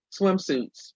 swimsuits